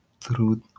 truth